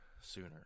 sooner